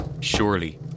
Surely